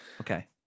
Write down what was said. Okay